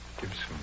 Gibson